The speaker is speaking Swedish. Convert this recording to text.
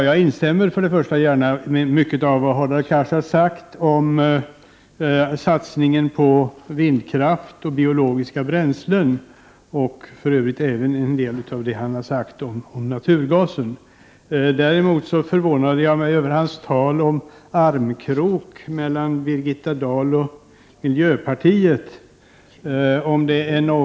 Jag instämmer gärna i mycket av det Hadar Cars sagt om satsningen på vindkraft och biologiska bränslen, och för övrigt också när det gäller en del av det han sagt om naturgasen. Jag är däremot förvånad över hans tal om att Birgitta Dahl och miljöpartiet går i armkrok.